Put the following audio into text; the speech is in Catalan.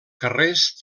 carrers